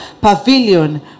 pavilion